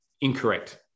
incorrect